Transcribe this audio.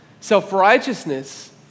Self-righteousness